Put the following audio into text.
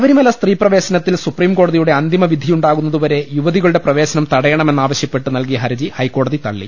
ശബരിമല സ്ത്രീ പ്രവേശനത്തിൽ സുപ്രീംകോടതിയുടെ അന്തിമ വിധിയുണ്ടാകുന്നതു വരെ യുവതികളുടെ പ്രവേശനം തടയണമെന്നാവശ്യപ്പെട്ട് നൽകിയ ഹർജി ഹൈക്കോടതി തള്ളി